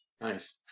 Nice